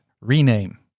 Rename